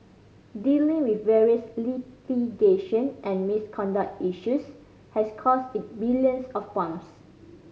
dealing with various litigation and misconduct issues has cost it billions of pounds